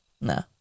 No